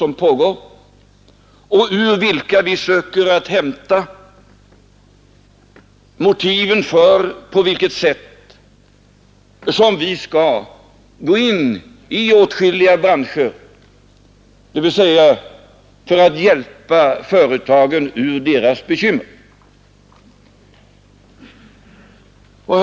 Ur dessa undersökningar försöker vi hämta kunskaper om på vilket sätt vi skall kunna gå in i åtskilliga branscher för att hjälpa företagen ur deras bekymmersamma läge.